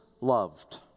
loved